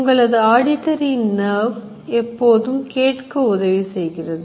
உங்களது Auditory Nerve எப்போதும் கேட்க உதவி செய்கிறது